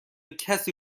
کسی